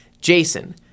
Jason